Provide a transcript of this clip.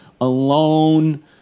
alone